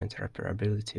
interoperability